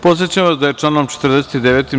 Podsećam vas da je članom 49.